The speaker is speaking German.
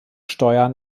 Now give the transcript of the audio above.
steuern